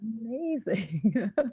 amazing